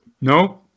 No